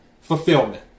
fulfillment